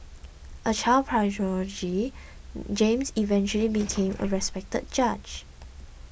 a child prodigy James eventually became a respected judge